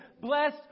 bless